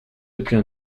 depuis